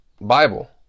Bible